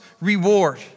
reward